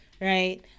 right